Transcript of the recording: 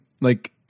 like-